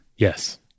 Yes